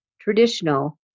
traditional